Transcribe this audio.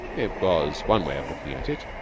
it was one way of looking at it,